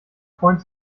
freund